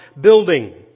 building